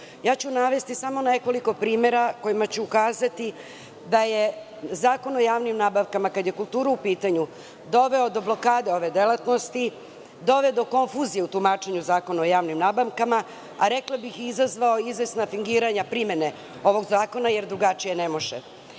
problemu. Navešću samo nekoliko primera kojima ću ukazati da je Zakon o javnim nabavkama, kada je kultura u pitanju, doveo do blokade ove delatnosti, doveo do konfuzije u tumačenju Zakona o javnim nabavkama, a rekla bih i izazvao izvesna fingiranja primene ovog zakona, jer drugačije ne može. Dame